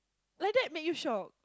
like that made you shock